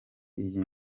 iyi